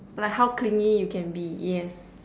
like how clingy you can be yes